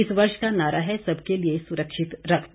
इस वर्ष का नारा है सबके लिए सुरक्षित रक्त